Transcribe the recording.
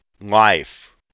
life